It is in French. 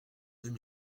deux